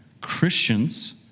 Christians